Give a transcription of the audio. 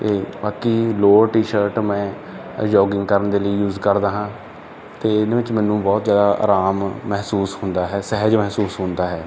ਅਤੇ ਬਾਕੀ lower T shirt ਮੈਂ ਜੋਗਿੰਗ ਕਰਨ ਦੇ ਲਈ ਯੂਜ ਕਰਦਾ ਹਾਂ ਅਤੇ ਇਹਦੇ ਵਿੱਚ ਮੈਨੂੰ ਬਹੁਤ ਜ਼ਿਆਦਾ ਆਰਾਮ ਮਹਿਸੂਸ ਹੁੰਦਾ ਹੈ ਸਹਿਜ ਮਹਿਸੂਸ ਹੁੰਦਾ ਹੈ